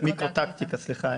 מיקרו טקטיקה, סליחה.